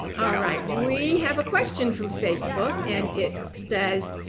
ah right. we have a question from facebook. and it says,